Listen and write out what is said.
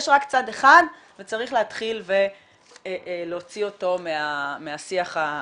יש רק צד אחד וצריך להתחיל ולהוציא אותו מהשיח הלגיטימי.